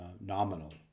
nominal